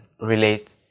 relate